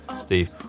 Steve